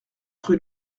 rue